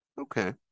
okay